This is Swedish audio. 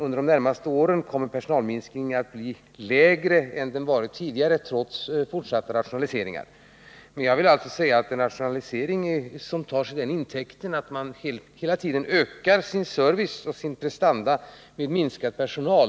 Under de närmaste åren kommer personalminskningen att bli lägre än den varit tidigare, trots fortsatta rationaliseringar. Men jag vill alltså säga att vi skall vara tacksamma när de statliga verken klarar av en rationalisering som innebär att man hela tiden ökar sin service och sina prestanda vid minskning av personal.